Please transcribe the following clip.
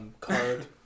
card